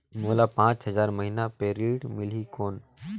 मोला पांच हजार महीना पे ऋण मिलही कौन?